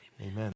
Amen